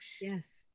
Yes